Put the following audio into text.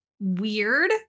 weird